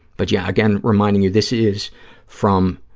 but yeah, again, reminding you this is from,